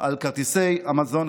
של כרטיסי המזון.